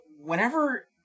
whenever